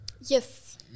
Yes